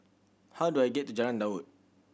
how do I get to Jalan Daud